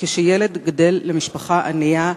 שכשילד גדל למשפחה ענייה,